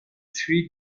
three